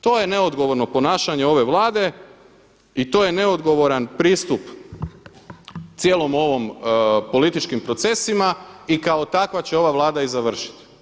To je neodgovorno ponašanje ove Vlade i to je neodgovoran pristup cijelom ovom političkim procesima i kao takva će ova Vlada i završiti.